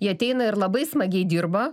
jie ateina ir labai smagiai dirba